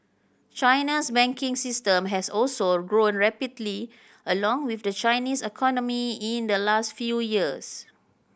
China's banking system has also grown rapidly along with the Chinese economy in the last few years